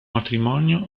matrimonio